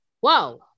Whoa